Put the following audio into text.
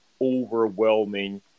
overwhelming